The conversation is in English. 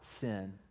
sin